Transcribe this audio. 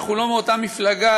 אנחנו לא מאותה מפלגה,